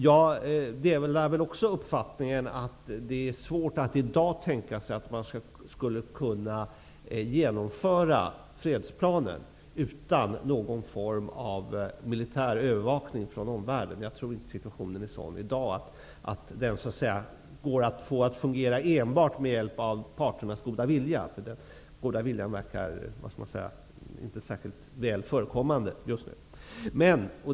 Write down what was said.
Jag delar också uppfattningen att det är svårt att i dag tänka sig att man skulle kunna genomföra fredsplanen utan någon form av militär övervakning från omvärlden. Jag tror inte att situationen är sådan i dag att den kan fås att fungera enbart med hjälp av parternas goda vilja. Den goda viljan verkar nämligen inte vara särskilt ofta förekommande just nu.